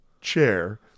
chair